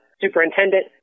superintendent